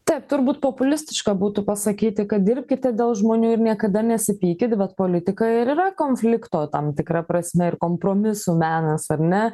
taip turbūt populistiška būtų pasakyti kad dirbkite dėl žmonių ir niekada nesipykit bet politika ir yra konflikto tam tikra prasme ir kompromisų menas ar ne